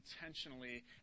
intentionally